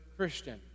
Christian